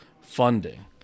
funding